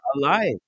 alive